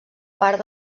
part